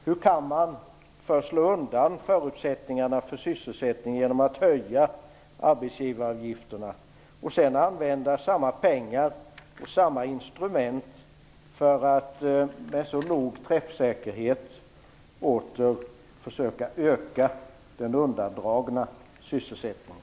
Hur kan man alltså först slå undan förutsättningarna för sysselsättning genom att höja arbetsgivaravgifterna och sedan använda samma pengar och samma instrument för att med så liten träffsäkerhet åter försöka öka den undandragna sysselsättningen?